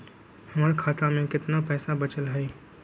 हमर खाता में केतना पैसा बचल हई?